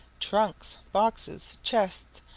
trunks, boxes, chests,